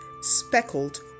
speckled